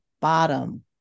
bottom